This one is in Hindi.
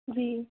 जी